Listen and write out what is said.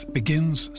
begins